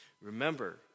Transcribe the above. remember